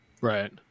Right